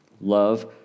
love